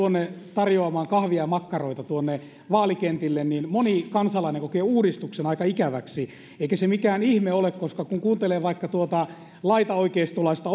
tarjoamaan kahvia ja makkaroita tuonne vaalikentille niin moni kansalainen kokee uudistus sanan aika ikäväksi eikä se mikään ihme ole koska kun kuuntelee vaikka tuota laitaoikeistolaista